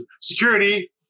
Security